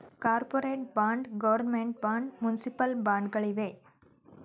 corporate bond, government bond, municipal bond ಗಳಿವೆ